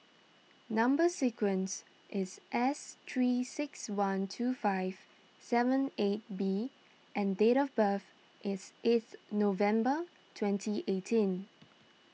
Number Sequence is S three six one two five seven eight B and date of birth is eighth November twenty eighteen